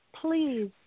please